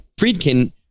Friedkin